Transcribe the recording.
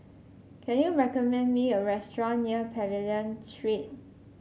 can you recommend me a restaurant near Pavilion Street